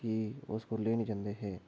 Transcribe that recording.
ते उस बेल्लै नेहे जंदे हे